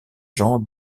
jean